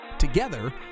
Together